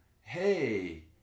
hey